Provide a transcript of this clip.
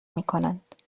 میکنند